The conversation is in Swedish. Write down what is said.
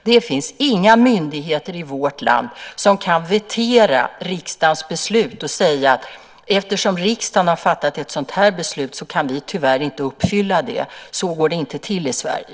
Det finns inga myndigheter i vårt land som kan vetera riksdagens beslut och säga: Eftersom riksdagen har fattat ett sådant beslut kan vi tyvärr inte uppfylla det. Så går det inte till i Sverige.